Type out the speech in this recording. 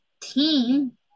team